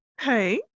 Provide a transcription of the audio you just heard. Hey